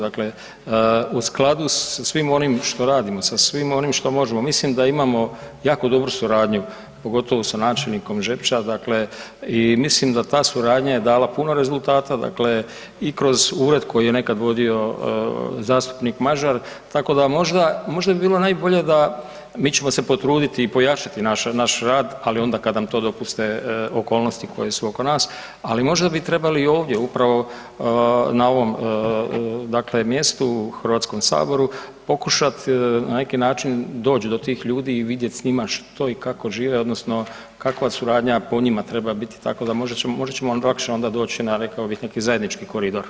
Dakle, sa svim onim što radimo, sa svim onim što možemo, mislim da imamo jako dobru suradnju, pogotovo sa načelnikom Žepča, dakle i mislim da ta suradnja je dala puno rezultata, dakle i kroz ured koji je nekad vodio zastupnik Mažar, tako da možda bi bilo najbolje da, mi ćemo se potruditi i pojačati naš rad ali onda kad nam to dopuste okolnosti koje su oko nas ali možda bi trebali i ovdje upravo na ovom dakle mjestu, Hrvatskom saboru, pokušat na neki način doć do tih ljudi i vidjet s njima što i kako žive, odnosno kakva suradnja po njima treba biti, tako da možda ćemo lakše onda doći na rekao bih neki zajednički koridor.